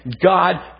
God